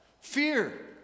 Fear